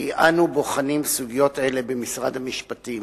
כי אנו בוחנים סוגיות אלה במשרד המשפטים,